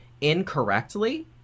incorrectly